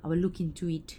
I will look into it